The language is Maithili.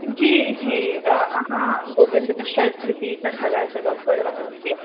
जी जी अहाँ गोविन्द मिश्रा स्मृति ग्रन्थालयसँ गप्प कऽ रहल छी